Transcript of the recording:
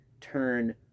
turn